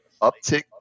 uptick